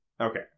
Okay